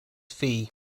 fee